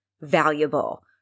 valuable